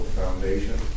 foundation